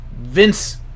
Vince